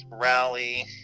rally